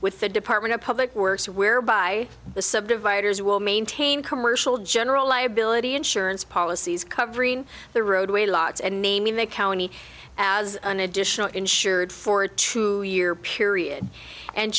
with the department of public works whereby the sub dividers will maintain commercial general liability insurance policies covering the roadway lots and naming the county as an additional insured for true year period and